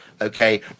okay